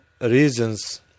reasons